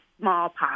smallpox